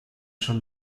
schon